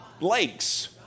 lakes